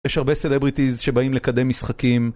יש הרבה סלבריטיז שבאים לקדם משחקים